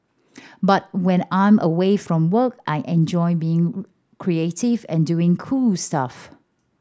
but when I'm away from work I enjoy being creative and doing cool stuff